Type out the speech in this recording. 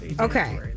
okay